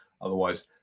Otherwise